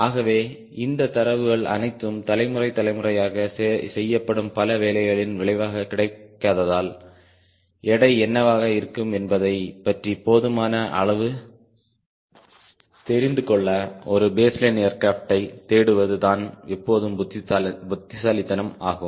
ஆகவே இந்தத் தரவுகள் அனைத்தும் தலைமுறை தலைமுறையாக செய்யப்படும் பல வேலைகளின் விளைவாகக் கிடைக்காததால் எடை என்னவாக இருக்கும் என்பதைப் பற்றி போதுமான அளவு தெரிந்து கொள்ள ஒரு பேஸ்லைன் ஏர்கிராப்டை தேடுவது தான் எப்போதும் புத்திசாலித்தனம் ஆகும்